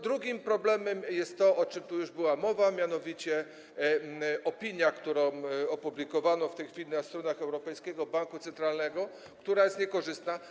Drugim problemem jest to, o czym tu już była mowa, mianowicie opinia, którą opublikowano w tej chwili na stronach Europejskiego Banku Centralnego i która jest niekorzystna.